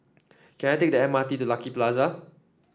can I take the M R T to Lucky Plaza